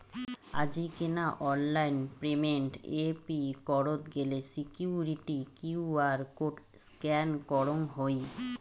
আজিকেনা online payment এ pay করত গেলে সিকুইরিটি কিউ.আর কোড স্ক্যান করঙ হই